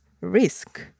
risk